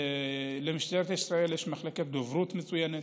למשטרת ישראל יש מחלקת דוברות מצוינת,